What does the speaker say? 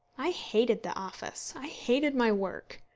i hated the office. i hated my work.